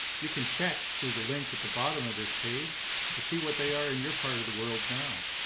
you can check through the link at the bottom of this page to see what they are in your part of the world now.